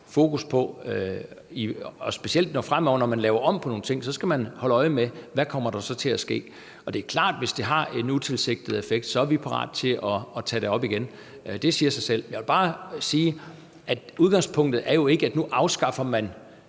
fokus på. Specielt fremover, når man laver om på nogle ting, skal man holde øje med, hvad der kommer til at ske, og det er klart, at hvis det har en utilsigtet effekt, er vi parate til at tage det op igen. Det siger sig selv. Jeg vil bare sige, at udgangspunktet jo ikke er, at nu afskaffer man